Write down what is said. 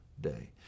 day